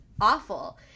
awful